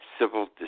civil